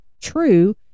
true